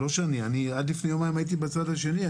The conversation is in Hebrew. עד לפני יומיים הייתי בצד השני,